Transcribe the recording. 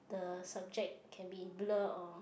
the subject can be blur or